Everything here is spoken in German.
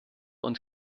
und